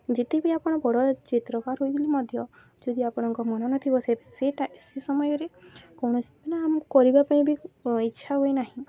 ଯେତେ ବି ଆପଣ ବଡ଼ ଚିତ୍ରକାର ହୋଇଥିଲେ ମଧ୍ୟ ଯଦି ଆପଣଙ୍କ ମନ ନଥିବ ସେଇଟା ସେ ଟା ସେ ସମୟରେ କୌଣସି ନା ଆମ କରିବା ପାଇଁ ବି ଇଚ୍ଛା ହୁଏ ନାହିଁ